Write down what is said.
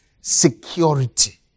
security